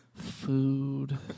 Food